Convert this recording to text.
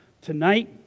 tonight